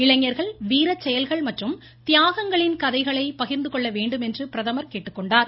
இளைஞர்கள் வீரச்செயல்கள் மற்றும் தியாகங்களின் கதைகளை பகிர்ந்து கொள்ள வேண்டுமென்றும் கேட்டுக்கொண்டார்